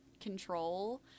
control